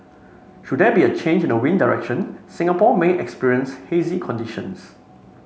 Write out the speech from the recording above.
should there be a change in the wind direction Singapore may experience hazy conditions